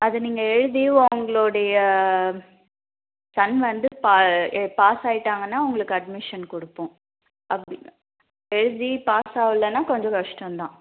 அதை நீங்கள் எழுதி உங்களோடைய சன் வந்து பா பாஸ் ஆகிட்டாங்கன்னா உங்களுக்கு அட்மிஷன் கொடுப்போம் அப்படி எழுதி பாஸ் ஆகலனால் கொஞ்சம் கஷ்டந்தான்